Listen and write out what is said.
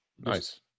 Nice